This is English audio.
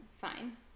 Fine